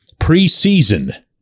preseason